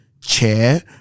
chair